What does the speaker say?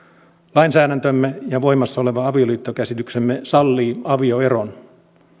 lainsäädäntömme ja voimassa oleva avioliittokäsityksemme sallii avioeron